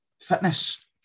fitness